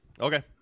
Okay